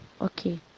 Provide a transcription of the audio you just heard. okay